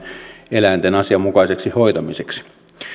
eläinten asianmukaiseksi hoitamiseksi